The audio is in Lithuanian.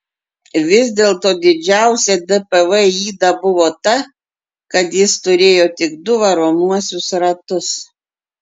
vis dėl to didžiausia dpv yda buvo ta kad jis turėjo tik du varomuosius ratus